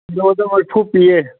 ꯀꯤꯂꯣꯗ ꯃꯔꯤꯐꯨ ꯄꯤꯌꯦ